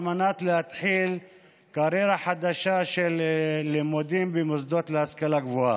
על מנת להתחיל קריירה חדשה של לימודים במוסדות להשכלה גבוהה.